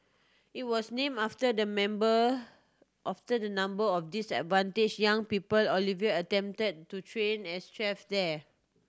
it was name after the member after the number of disadvantage young people Oliver attempted to train as chefs there